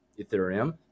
ethereum